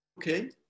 okay